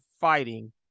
fighting